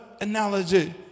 analogy